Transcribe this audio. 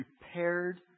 prepared